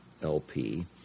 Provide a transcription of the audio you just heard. LP